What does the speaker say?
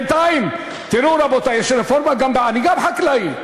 תראו, רבותי, יש רפורמה גם, אני גם חקלאי,